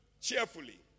cheerfully